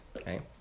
okay